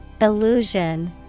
Illusion